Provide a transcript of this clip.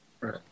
Right